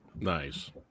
Nice